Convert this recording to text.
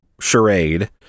charade